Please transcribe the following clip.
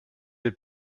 les